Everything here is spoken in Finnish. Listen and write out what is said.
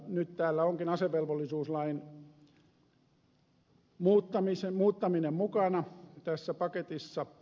nyt täällä onkin asevelvollisuuslain muuttaminen mukana tässä paketissa